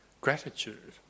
gratitude